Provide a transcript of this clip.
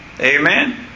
Amen